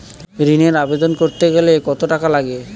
ঋণের আবেদন করতে গেলে কত টাকা লাগে?